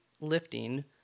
lifting